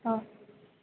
অঁ